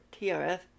TRF